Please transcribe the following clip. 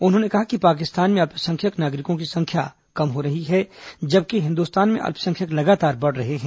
उन्होंने कहा पाकिस्तान में अल्पसंख्यक नागरिकों की संख्या कम हो रही है जबकि हिंदुस्तान में अल्पसंख्यक लगातार बढ़ रहे हैं